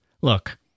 Look